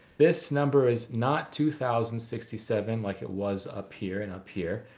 this number is not two thousand sixty seven like it was up here and up here.